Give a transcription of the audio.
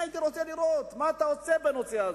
הייתי רוצה לראות מה אתה עושה בנושא הזה.